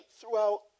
throughout